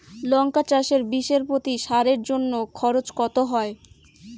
লঙ্কা চাষে বিষে প্রতি সারের জন্য খরচ কত হয়?